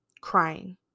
crying